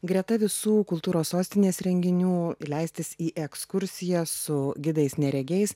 greta visų kultūros sostinės renginių leistis į ekskursiją su gidais neregiais